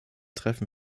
treffen